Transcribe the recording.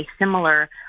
similar